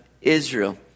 israel